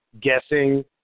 guessing